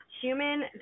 human